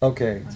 Okay